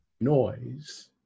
noise